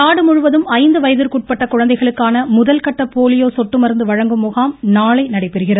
நாடு முழுவதும் ஐந்து வயதிற்குட்பட்ட குழந்தைகளுக்கான முதல் கட்ட போலியோ சொட்டு மருந்து வழங்கும் முகாம் நாளை நடைபெறுகிறது